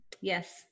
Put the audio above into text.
Yes